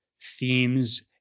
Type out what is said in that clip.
themes